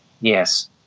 Yes